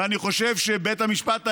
ואני חושב שבית המשפט העליון,